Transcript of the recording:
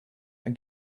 and